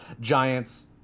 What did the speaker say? Giants